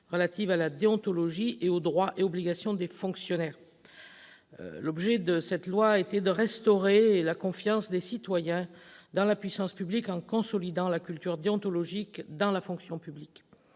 relative à la déontologie et aux droits et obligations des fonctionnaires. L'objet de cette loi était de restaurer la confiance des citoyens dans la puissance publique en consolidant la culture déontologique dans la fonction publique